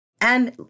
And-